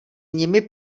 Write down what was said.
nimi